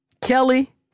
Kelly